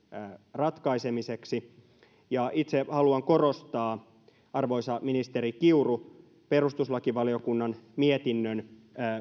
ratkaisemiseksi ja itse haluan korostaa arvoisa ministeri kiuru perustuslakivaliokunnan mietinnön